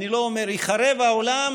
אני לא אומר: ייחרב העולם,